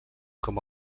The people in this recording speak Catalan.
com